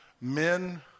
men